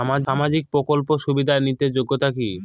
সামাজিক প্রকল্প সুবিধা নিতে যোগ্যতা কি?